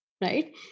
right